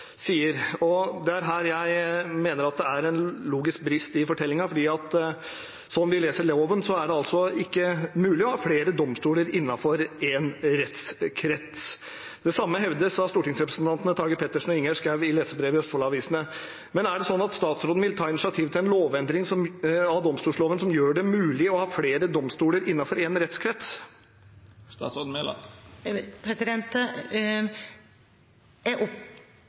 sier. Det er her jeg mener det er en logisk brist i fortellingen, for slik vi leser loven, er det ikke mulig å ha flere domstoler innenfor én rettskrets. Det samme hevdes av stortingsrepresentantene Tage Pettersen og Ingjerd Schou i leserbrev i Østfold-avisene. Men er det sånn at statsråden vil ta initiativ til en lovendring av domstolloven som gjør det mulig å ha flere domstoler innenfor én rettskrets?